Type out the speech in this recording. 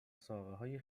ساقههای